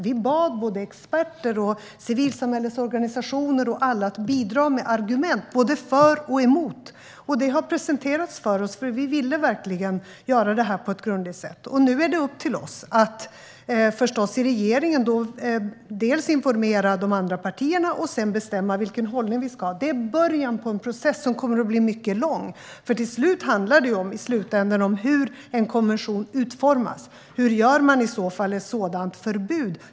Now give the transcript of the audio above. Vi bad såväl experter som civilsamhällets organisationer och andra att bidra med argument, både för och emot. Detta har presenterats för oss. Vi ville verkligen göra detta på ett grundligt sätt, och nu är det förstås upp till oss att från regeringens sida informera de andra partierna, och sedan ska vi bestämma oss för vilken hållning vi ska ha. Detta är början på en mycket lång process. I slutändan handlar det om hur en konvention utformas. Hur skapar man i så fall ett sådant förbud?